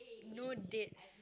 no dates